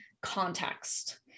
context